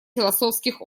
философских